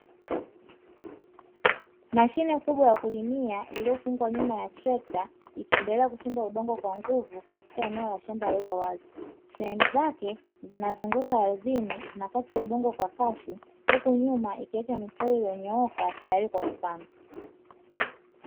Mashine kubwa ya kulimia iliyofungwa nyuma ya trekta ikiendelea kuchimba udongo kwa nguvu katika eneo la shamba lililo wazi. Sehemu zake zinazunguka ardhini zinakata udongo kwa kasi huku nyuma ikiacha mistari iliyonyooka tayari kwa kupandwa.